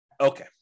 Okay